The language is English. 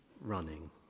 running